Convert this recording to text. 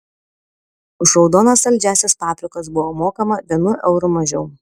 už raudonas saldžiąsias paprikas buvo mokama vienu euru mažiau